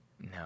No